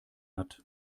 hat